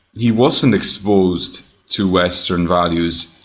he wasn't exposed to western values.